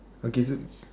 I give you